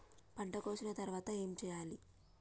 పంట కోసిన తర్వాత ఏం చెయ్యాలి?